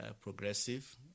progressive